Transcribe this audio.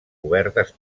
cobertes